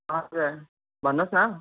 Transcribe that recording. हजुर भन्नुहोस् न